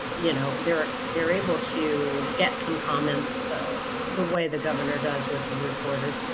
you know they're they're able to get some comments the way the governor does with the reporters.